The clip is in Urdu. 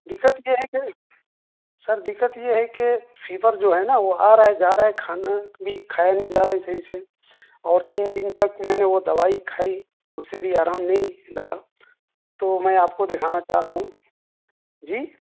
دقت یہ ہے کہ سر دقت یہ ہے کہ فیور جو ہے نا وہ آ رہا ہے جا رہا ہے کھانا بھی کھایا نہیں جا رہا ہے صحیح سے اور تین دن تک میں نے وہ دوائی کھائی اس سے بھی آرام نہیں لگا تو میں آپ کو دکھانا چاہ رہا ہوں جی